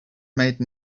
made